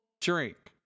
drink